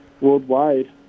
worldwide